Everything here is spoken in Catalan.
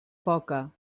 poca